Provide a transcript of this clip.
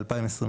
ב-2022,